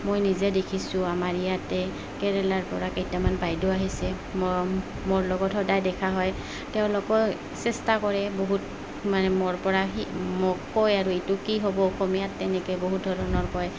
মই নিজে দেখিছোঁ আমাৰ ইয়াতে কেৰেলাৰ পৰা কেইটামান বাইদেউ আহিছে ম মোৰ লগত সদায় দেখা হয় তেওঁলোকেও চেষ্টা কৰে বহুত মানে মোৰ পৰা মোক কয় আৰু এইটো কি হ'ব অসমীয়াত তেনেকৈ বহুত ধৰণৰ কয়